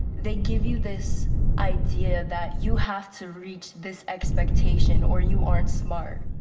they give you this idea that you have to reach this expectation or you aren't smart.